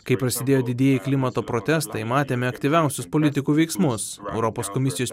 kai prasidėjo didieji klimato protestai matėme aktyviausius politikų veiksmus europos komisijos